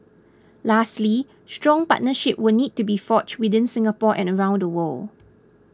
lastly strong partnerships will need to be forged within Singapore and around the world